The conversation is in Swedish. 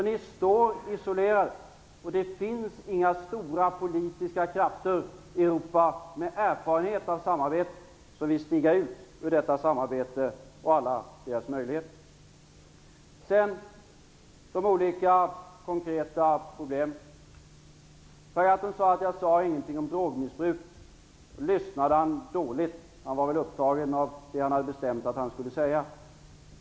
Ni står alltså isolerade, och det finns inga stora politiska krafter i Europa med erfarenhet av samarbete som vill stiga ut ur detta samarbete och alla dess möjligheter. Så över till de olika konkreta problemen. Per Gahrton sade att jag inte sade någonting om drogmissbruket. Då lyssnade han dåligt. Han var väl upptagen av det som han hade bestämt att han skulle säga.